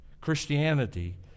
Christianity